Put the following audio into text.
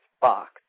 box